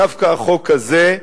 דווקא החוק הזה,